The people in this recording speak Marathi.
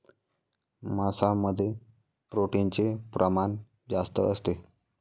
मांसामध्ये प्रोटीनचे प्रमाण जास्त असते